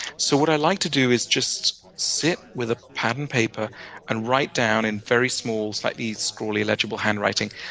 so what i like to do is just sit with a pad and paper and write down, in very small, slightly scrawly illegible handwriting,